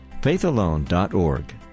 faithalone.org